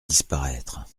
disparaître